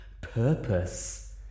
Purpose